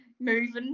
moving